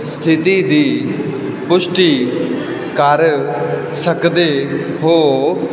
ਸਥਿਤੀ ਦੀ ਪੁਸ਼ਟੀ ਕਰ ਸਕਦੇ ਹੋ